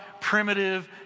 primitive